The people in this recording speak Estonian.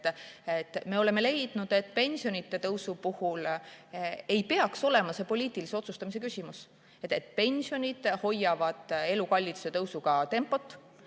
Me oleme leidnud, et pensionide tõusu puhul ei peaks see olema poliitilise otsustamise küsimus. Pensionid hoiavad elukalliduse tõusu tempot.